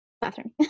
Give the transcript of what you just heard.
bathroom